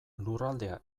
lurraldea